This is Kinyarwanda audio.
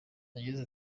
yagize